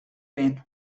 bin